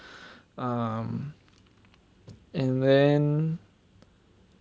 um and then